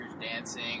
dancing